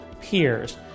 peers